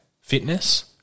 fitness